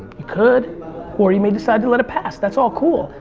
you could or you may decide to let it pass. that's all cool.